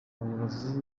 abayobozi